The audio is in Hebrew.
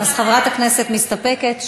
חברת הכנסת מסתפקת.